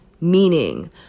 Meaning